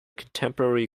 contemporary